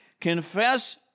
Confess